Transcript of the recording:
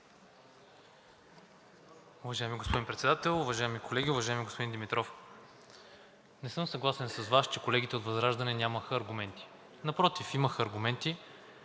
Уважаеми господин Председател, уважаеми колеги! Уважаеми господин Димитров, не съм съгласен с Вас, че колегите от ВЪЗРАЖАДНЕ нямаха аргументи. Напротив, имаха аргументи.